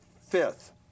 fifth